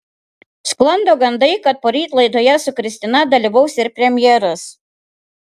sklando gandai kad poryt laidoje su kristina dalyvaus ir premjeras